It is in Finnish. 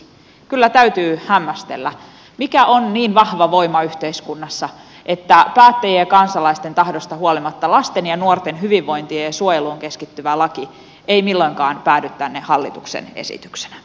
kyllä täytyy hämmästellä mikä on niin vahva voima yhteiskunnassa että päättäjien ja kansalaisten tahdosta huolimatta lasten ja nuorten hyvinvointiin ja suojeluun keskittyvä laki ei milloinkaan päädy tänne hallituksen esityksenä